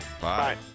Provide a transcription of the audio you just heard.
Bye